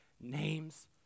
name's